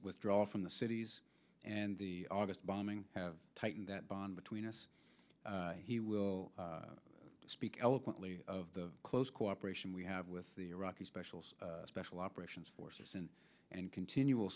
withdraw from the cities and the august bombing have taken that bond between us he will speak eloquently of the close cooperation we have with the iraqi special special operations forces in and continual